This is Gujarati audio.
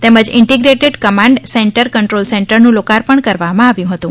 તેમજ ઇન્ટીગ્રેટેડ કમાન્ડ સેન્ટર કંટ્રોલ સેન્ટરનું લોકાર્પણ કરવામાં આવ્યુ હતુ